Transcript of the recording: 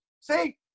See